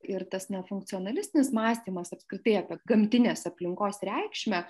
ir tas nefunkcionalistinis mąstymas apskritai apie gamtinės aplinkos reikšmę